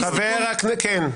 כן.